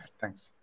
Thanks